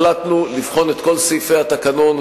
החלטנו לבחון את כל סעיפי התקנון,